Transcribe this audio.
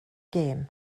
gem